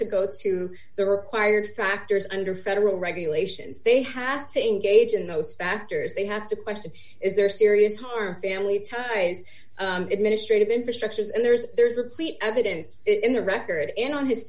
to go to the required factors under federal regulations they have to engage in those factors they have to question is there serious harm family ties administrative infrastructures and there's there's the evidence in the record